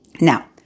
Now